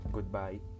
Goodbye